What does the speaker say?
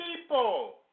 people